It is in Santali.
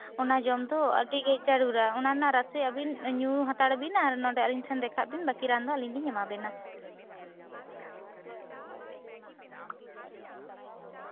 ᱚᱱᱟ ᱡᱚᱢ ᱫᱚ ᱟᱹᱰᱤ ᱜᱮ ᱡᱟᱨᱩᱲᱟ ᱚᱱᱟ ᱨᱮᱱᱟᱜ ᱨᱟᱥᱮ ᱟᱵᱤᱱ ᱧᱩ ᱦᱟᱛᱟᱲ ᱵᱤᱱ ᱟᱨ ᱱᱚᱸᱰᱮ ᱟᱞᱤᱧ ᱴᱷᱮᱱ ᱫᱮᱠᱷᱟᱜ ᱵᱤᱱ ᱵᱟᱠᱤ ᱨᱟᱱ ᱫᱚ ᱟᱞᱤᱧ ᱞᱤᱧ ᱮᱢᱟ ᱵᱤᱱᱟ